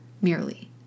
merely